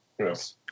Yes